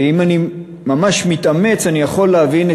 ואם אני ממש מתאמץ אני יכול להבין,